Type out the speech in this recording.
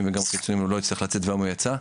וגם חיצוניים הוא לא הצליח לצאת והיום הוא יצא.